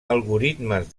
algoritmes